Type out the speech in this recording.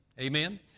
Amen